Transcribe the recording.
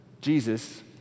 Jesus